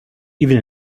even